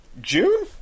June